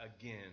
again